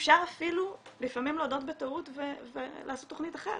אפשר אפילו לפעמים להודות בטעות ולעשות תכנית אחרת.